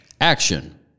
action